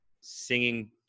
singing